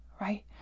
right